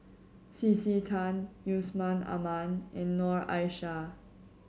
C C Tan Yusman Aman and Noor Aishah